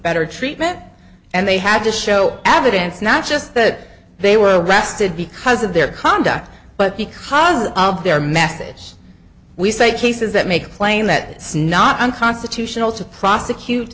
better treatment and they have to show evidence not just that they were arrested because of their conduct but because of their methods we say cases that make a claim that it's not unconstitutional to prosecute